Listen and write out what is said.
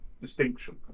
distinction